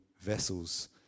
vessels